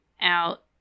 out